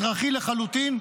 אזרחי לחלוטין,